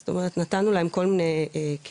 זאת אומרת נתנו להם כל מיני כלים.